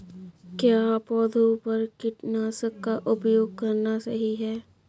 क्या पौधों पर कीटनाशक का उपयोग करना सही है?